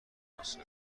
مناسب